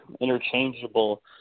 interchangeable